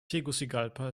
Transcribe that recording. tegucigalpa